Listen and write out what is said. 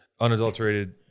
unadulterated